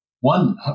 one